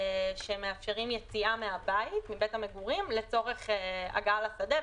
שמאפשרים יציאה מבית המגורים לצורך הגעה לשדה.